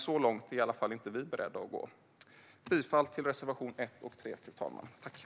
Så långt är dock inte vi beredda att gå i alla fall. Jag yrkar bifall till reservationerna 1 och 3.